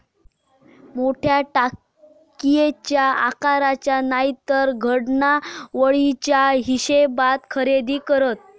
मोठ्या टाकयेच्या आकाराचा नायतर घडणावळीच्या हिशेबात खरेदी करतत